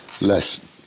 Less